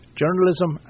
journalism